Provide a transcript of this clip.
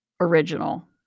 original